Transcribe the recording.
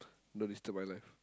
don't disturb my life